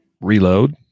reload